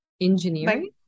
engineering